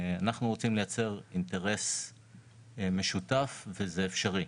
אנחנו רוצים ליצר אינטרס משותף וזה אפשרי,